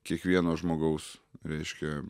kiekvieno žmogaus reiškia